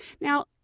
Now